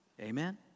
Amen